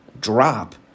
drop